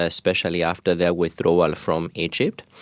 especially after their withdrawal from egypt.